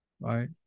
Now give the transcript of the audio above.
right